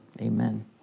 Amen